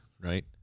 right